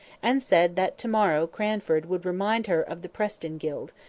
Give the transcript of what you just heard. and said that to morrow cranford would remind her of the preston guild,